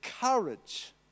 courage